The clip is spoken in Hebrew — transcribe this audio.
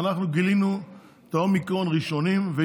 מתקנים את